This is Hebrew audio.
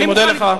אני מוכן לקפוץ.